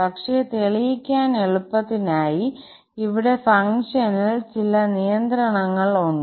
പക്ഷേ തെളിയിക്കാൻ എളുപ്പത്തിനായി ഇവിടെ ഫംഗ്ഷനിൽ ചില നിയന്ത്രണങ്ങൾ ഉണ്ട്